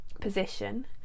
position